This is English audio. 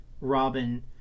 Robin